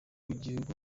w’igihugu